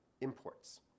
imports